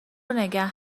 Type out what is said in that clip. نگه